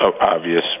obvious